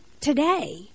today